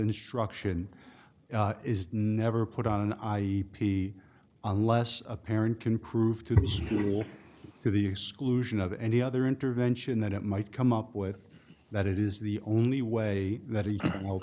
instruction is never put on an i p unless a parent can prove to the school to the exclusion of any other intervention that it might come up with that it is the only way that he